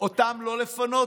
אותם לא לפנות,